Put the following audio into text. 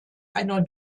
einer